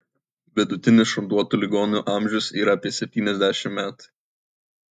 vidutinis šuntuotų ligonių amžius yra apie septyniasdešimt metai